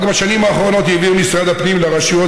רק בשנים האחרונות העביר משרד הפנים לרשויות